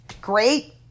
great